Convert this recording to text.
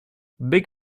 big